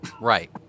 Right